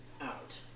out